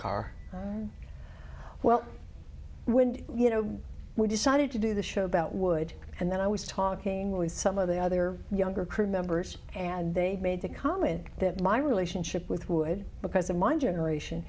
car well you know we decided to do the show about wood and then i was talking with some of the other younger crew members and and they made the comment that my relationship with wood because of my generation